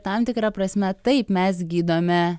tam tikra prasme taip mes gydome